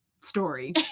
story